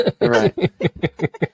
Right